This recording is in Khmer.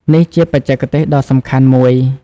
នេះជាបច្ចេកទេសដ៏សំខាន់មួយ។